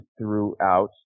throughout